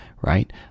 right